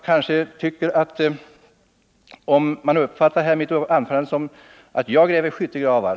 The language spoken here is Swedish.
Man har uppfattat mitt anförande så att jag gräver skyttegravar.